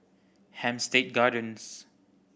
Hampstead Gardens